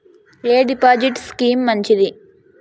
ఎ deposit scheme మంచిది?